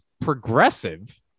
progressive